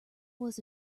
was